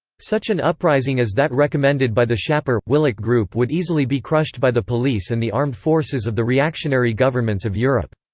such an uprising as that recommended by the schapper willich group would easily be crushed by the police and the armed forces of the reactionary governments of europe.